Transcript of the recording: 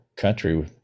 country